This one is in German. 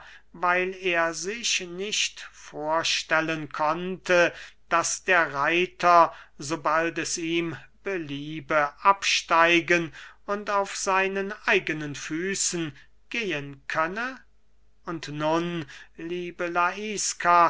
weil er sich nicht vorstellen konnte daß der reiter sobald es ihm beliebe absteigen und auf seinen eigenen füßen gehen könne und nun liebe laiska